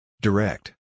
Direct